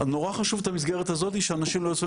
נורא חשוב את המסגרת הזאתי שאנשים לא יצאו